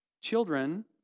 Children